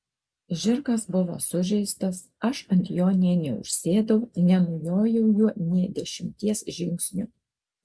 žirgas buvo sužeistas aš ant jo nė neužsėdau nenujojau juo nė dešimties žingsnių